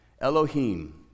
Elohim